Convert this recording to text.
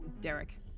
Derek